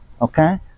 Okay